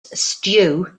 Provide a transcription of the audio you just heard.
stew